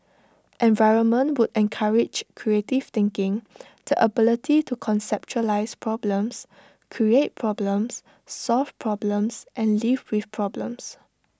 environment would encourage creative thinking the ability to conceptualise problems create problems solve problems and live with problems